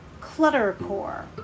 Cluttercore